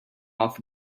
off